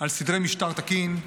על סדרי משטר תקין,